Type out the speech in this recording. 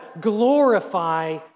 glorify